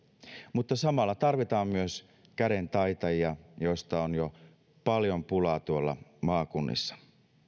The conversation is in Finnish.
mutta samalla tarvitaan myös kädentaitajia joista on jo paljon pulaa tuolla maakunnissa